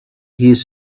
his